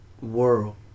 World